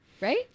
Right